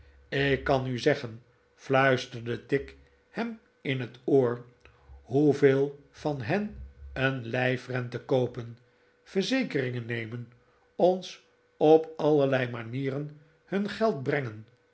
ik kan u zeggen fluisterde tigg hem in het oor hoeveel van hen een lijf rente koopen verzekeringen nemen ons op allerlei manieren hun geld brengen